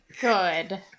Good